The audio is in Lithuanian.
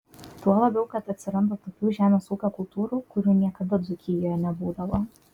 tuo labiau kad atsiranda tokių žemės ūkio kultūrų kurių niekada dzūkijoje nebūdavo